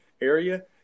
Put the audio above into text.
area